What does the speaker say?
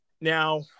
Now